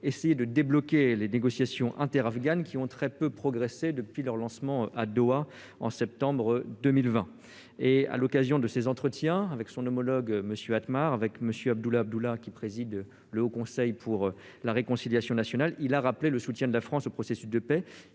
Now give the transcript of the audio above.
essayer de débloquer les négociations interafghanes qui ont très peu progressé depuis leur lancement à Doha en septembre 2020. À l'occasion de ces entretiens avec son homologue M. Atmar et avec M. Abdullah Abdullah, qui préside le Haut Conseil pour la réconciliation nationale, le ministre a rappelé le soutien de la France au processus de paix